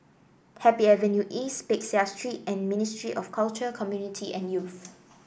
Happy Avenue East Peck Seah Street and Ministry of Culture Community and Youth